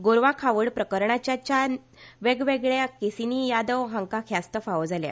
गोरवां खावड प्रकरणाच्या चार वेगवेगळ्या केसीनी यादव हांका ख्यास्त फावो जाल्या